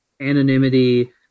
anonymity